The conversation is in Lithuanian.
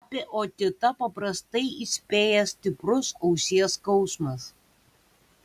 apie otitą paprastai įspėja stiprus ausies skausmas